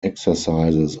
exercises